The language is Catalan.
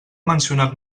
mencionat